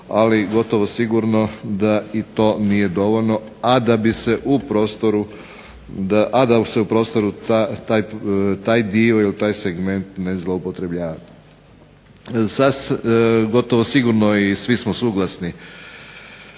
ali gotovo sigurno da i to nije dovoljno, a da se u prostoru taj dio ili taj segment ne upotrebljava. Gotovo sigurno i svi smo suglasni